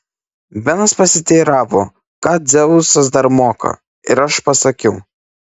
benas pasiteiravo ką dzeusas dar moka ir aš pasakiau